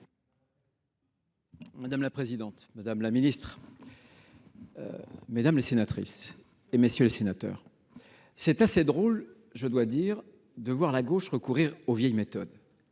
Madame la présidente, madame la ministre, mesdames les sénatrices, messieurs les sénateurs, il est assez drôle de voir la gauche recourir à ses vieilles méthodes,